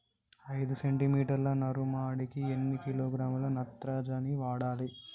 ఐదు సెంటి మీటర్ల నారుమడికి ఎన్ని కిలోగ్రాముల నత్రజని వాడాలి?